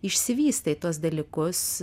išsivystai tuos dalykus